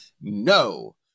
No